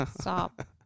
Stop